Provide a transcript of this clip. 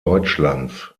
deutschlands